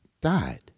died